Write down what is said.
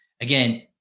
Again